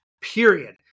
period